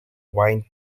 wine